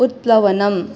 उत्प्लवनम्